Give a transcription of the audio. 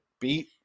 beat